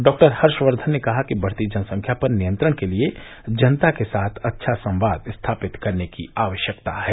doctor Harshvardhan ने कहा कि बढ़ती जनसंख्या पर नियंत्रण के लिए जनता के साथ अच्छा संवाद स्थापित करने की आवश्यकता है